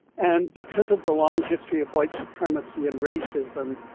and because of the long history of white supremacy and racism,